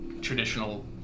Traditional